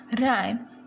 Rhyme